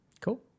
Cool